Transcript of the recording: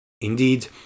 Indeed